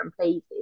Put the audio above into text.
places